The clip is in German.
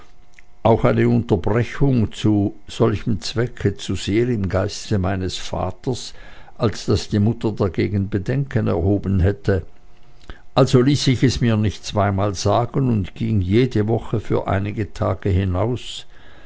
auch eine unterbrechung zu solchem zwecke zu sehr im geiste meines vaters als daß die mutter dagegen bedenken erhoben hätte also ließ ich es mir nicht zweimal sagen und ging jede woche für einige tage hinaus